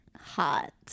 Hot